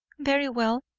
very well,